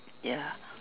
ya